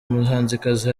muhanzikazi